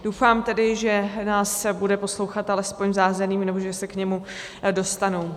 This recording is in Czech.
Doufám tedy, že nás bude poslouchat alespoň v zázemí nebo že se k němu dostanou.